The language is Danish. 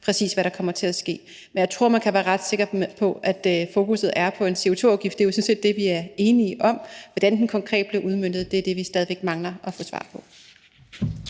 præcis hvad der kommer til at ske. Men jeg tror, at man kan være ret sikker på, at fokusset er på en CO2-afgift. Det er jo sådan set det, vi er enige om – hvordan den konkret bliver udmøntet, er det, vi stadig væk mangler at få svar på.